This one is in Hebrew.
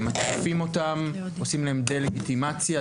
מתקיפים אותם; עושים להם דה-לגיטימציה;